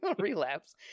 relapse